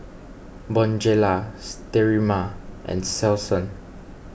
Bonjela Sterimar and Selsun